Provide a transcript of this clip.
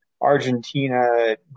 Argentina